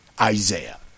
Isaiah